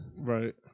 Right